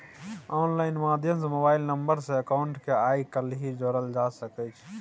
online माध्यम सँ mobile number सँ अकाउंट केँ आइ काल्हि जोरल जा सकै छै